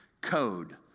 code